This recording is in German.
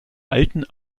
alten